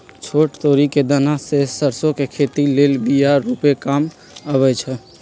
छोट तोरि कें दना से सरसो के खेती लेल बिया रूपे काम अबइ छै